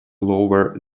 lower